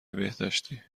بهداشتی